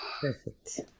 Perfect